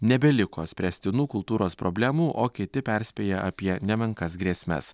nebeliko spręstinų kultūros problemų o kiti perspėja apie nemenkas grėsmes